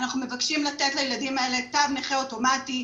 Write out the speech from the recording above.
אנחנו מבקשים לתת לילדים האלה תו נכה אוטומטי,